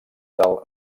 del